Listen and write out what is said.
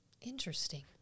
Interesting